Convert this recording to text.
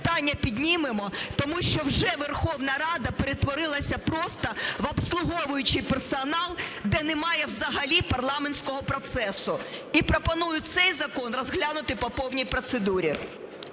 питання піднімемо, тому що вже Верховна Рада перетворилася в обслуговуючий персонал, де немає взагалі парламентського процесу. І пропоную цей закон розглянути по повній процедурі.